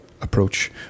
approach